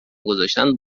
گذاشتن